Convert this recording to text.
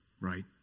right